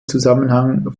zusammenhang